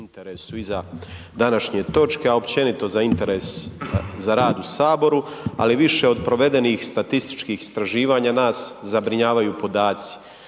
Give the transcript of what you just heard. i za današnje točke, a općenito za interes za rad u saboru, ali više od provedenih statističkih istraživanja nas zabrinjavaju podaci